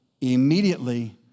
immediately